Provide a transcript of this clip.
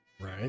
Right